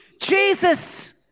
Jesus